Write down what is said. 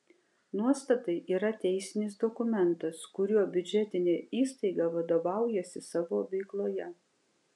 nuostatai yra teisinis dokumentas kuriuo biudžetinė įstaiga vadovaujasi savo veikloje